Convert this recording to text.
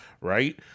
right